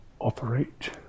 operate